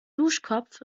duschkopf